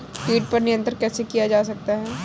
कीट पर नियंत्रण कैसे किया जा सकता है?